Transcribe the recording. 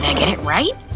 and get it right!